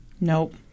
Nope